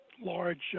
large